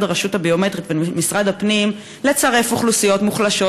הרשות הביומטרית ומשרד הפנים לצרף אוכלוסיות מוחלשות,